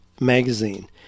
magazine